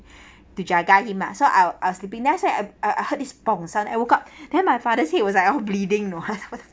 to jaga him lah so I were I were sleeping then I suddeny I I heard this pong sound I woke up then my father's head was like all bleeding you know